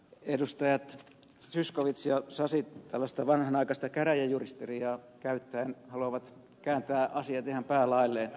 edustajat zyskowicz ja sasi tällaista vanhanaikaista käräjäjuristeriaa käyttäen haluavat kääntää asiat ihan päälaelleen